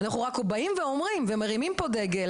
אנחנו רק מרימים פה דגל,